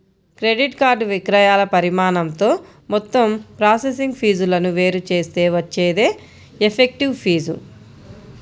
credit card విక్రయాల పరిమాణంతో మొత్తం ప్రాసెసింగ్ ఫీజులను వేరు చేస్తే వచ్చేదే ఎఫెక్టివ్ ఫీజు